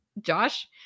Josh